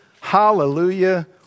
Hallelujah